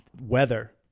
Weather